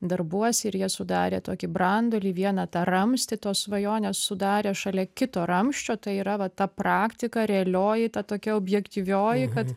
darbuos ir jie sudarė tokį branduolį vieną tą ramstį tos svajonės sudarė šalia kito ramsčio tai yra va ta praktika realioji ta tokia objektyvioji kad